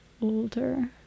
older